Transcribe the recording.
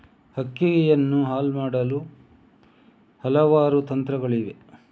ಅಕ್ಕಿಯನ್ನು ಹಲ್ ಮಾಡಲು ಹಲವಾರು ತಂತ್ರಗಳಿವೆ